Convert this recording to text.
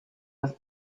was